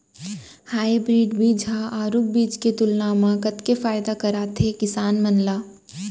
Hybrid बीज हा आरूग बीज के तुलना मा कतेक फायदा कराथे किसान मन ला?